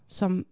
som